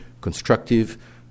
constructive